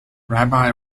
rabbi